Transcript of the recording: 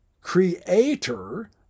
Creator